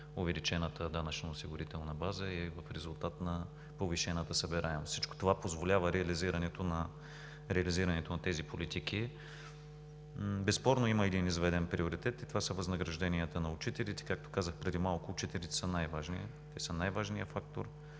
увеличената данъчно-осигурителна база, е в резултат на повишената събираемост. Всичко това позволява реализирането на тези политики. Безспорно има един изведен приоритет – това са възнагражденията на учителите. Както казах преди малко, учителите са най-важни – те